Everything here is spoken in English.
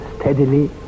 steadily